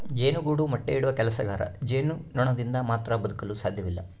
ಜೇನುಗೂಡು ಮೊಟ್ಟೆ ಇಡುವ ಕೆಲಸಗಾರ ಜೇನುನೊಣದಿಂದ ಮಾತ್ರ ಬದುಕಲು ಸಾಧ್ಯವಿಲ್ಲ